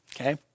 okay